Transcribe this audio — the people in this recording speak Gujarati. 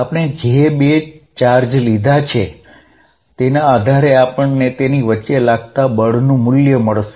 આપણે જે બે ચાર્જ q1 અને q2 લીધા છે તેના આધારે આપણને તેમની વચ્ચે લાગતા બળનું મુલ્ય મળશે